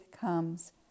comes